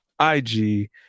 ig